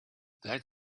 that